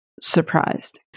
surprised